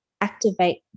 activate